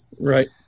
Right